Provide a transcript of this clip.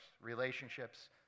relationships